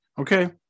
okay